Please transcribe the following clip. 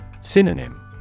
Synonym